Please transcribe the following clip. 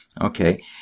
Okay